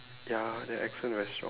ya their accent very strong